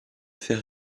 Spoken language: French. faits